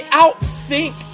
outthink